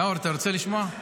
נאור, אתה רוצה לשמוע?